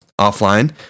offline